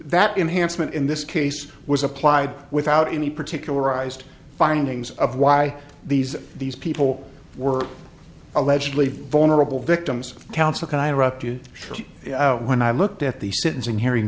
that enhanced in this case was applied without any particular ised findings of why these these people were allegedly vulnerable victims counsel can i interrupt you when i looked at the sentencing hearing